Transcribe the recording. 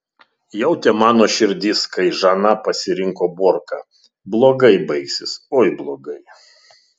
jautė mano širdis kai žana pasirinko borką blogai baigsis oi blogai